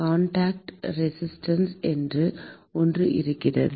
contact resistance என்று ஒன்று இருக்கிறது